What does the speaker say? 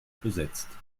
besetzt